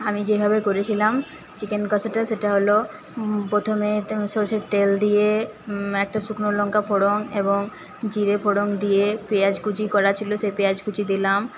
আমি যেভাবে করেছিলাম চিকেন কষাটা সেটা হল প্রথমে তো সরষের তেল দিয়ে একটা শুকনো লংকা ফোড়ন এবং জিরে ফোড়ন দিয়ে পেঁয়াজ কুচি করা ছিল সেই পেঁয়াজ কুচি দিলাম